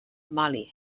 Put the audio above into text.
mali